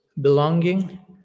belonging